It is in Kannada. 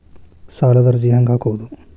ಸಾಲದ ಅರ್ಜಿ ಹೆಂಗ್ ಹಾಕುವುದು?